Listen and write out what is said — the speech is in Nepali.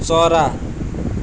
चरा